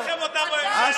כי לא יכול להיות, יוראי,